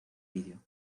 vídeo